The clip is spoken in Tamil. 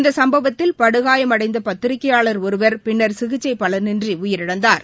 இந்த சம்பவத்தில் படுகாயமடைந்த பத்திரிகையாளர் ஒருவர் பின்னர் சிகிச்சை பலனின்றி உயிரிழந்தார்